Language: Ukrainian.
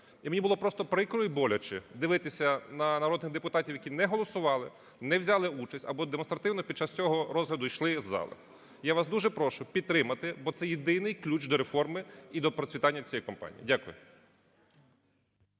І мені було просто прикро і боляче дивитися на народних депутатів, які не голосували, не взяли участь або демонстративно під час цього розгляду йшли із залу. Я вас дуже прошу підтримати, бо це єдиний ключ до реформи і до процвітання цієї компанії. Дякую.